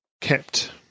kept